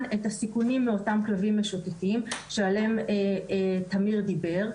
את הסיכונים מאותם כלבים משוטטים שעליהם תמיד דיבר,